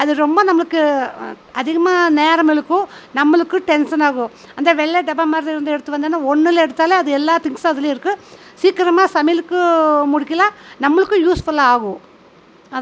அது ரொம்ப நம்மளுக்கு அதிகமாக நேரமிளுக்கும் நம்மளுக்கு டென்ஷன் ஆகும் அந்த வெள்ளை டப்பா மாதிரி இருந்து எடுத்து வந்தேன்னா ஒன்றில் எடுத்தாலே அது எல்லா திங்க்ஸும் அதிலே இருக்கும் சீக்கிரமாக சமையலுக்கு முடிக்கலாம் நம்மளுக்கும் யூஸ்ஃபுல்லாகும்